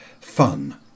Fun